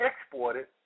exported